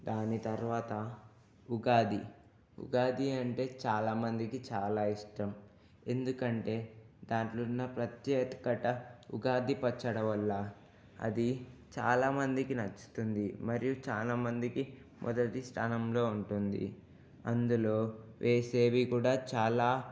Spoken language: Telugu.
దాని తర్వాత ఉగాది ఉగాది అంటే చాలామందికి చాలా ఇష్టం ఎందుకంటే దాంట్లో ఉన్న ప్రత్యేకత ఉగాది పచ్చడి వల్ల అది చాలామందికి నచ్చుతుంది మరియు చాలామందికి మొదటి స్థానంలో ఉంటుంది అందులో వేసేవి కూడా చాలా